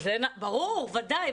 ברור, ודאי.